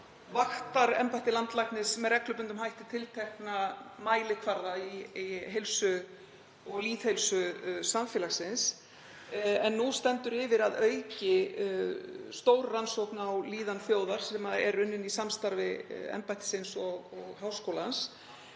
vaktar embætti landlæknis með reglubundnum hætti tiltekna mælikvarða í heilsu og lýðheilsu samfélagsins. En nú stendur yfir að auki stór rannsókn á líðan þjóðar sem er unnin í samstarfi embættisins og háskólans